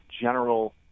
general